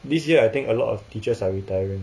this year I think a lot of teachers are retiring